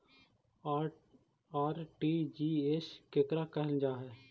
RTGS केकरा कहल जा है?